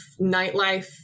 nightlife